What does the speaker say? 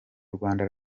rwanda